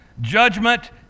judgment